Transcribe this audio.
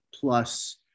plus